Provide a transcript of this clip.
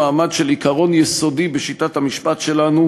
שהיא אינטליגנטית והיא סבלנית.